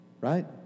right